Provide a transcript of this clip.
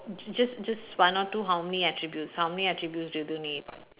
just just one or two how many attributes how many attributes do you need